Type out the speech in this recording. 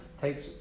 takes